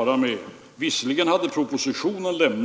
Vi skrev visserligen inget om det i propositionen,